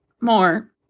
more